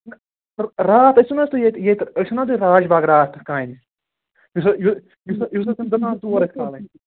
راتھ ٲسِو نا تُہۍ ییٚتہِ ییٚتہِ ٲسِو نا تُہۍ راج باغ راتھ کامہِ یُس حظ تِم دُکان ژور ٲس کھالٕنۍ